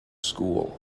school